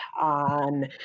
on